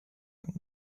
young